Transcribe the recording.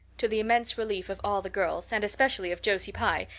to the immense relief of all the girls, and especially of josie pye,